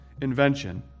invention